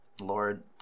Lord